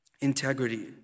integrity